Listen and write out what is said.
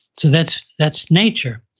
so that's that's nature.